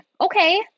Okay